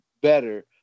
better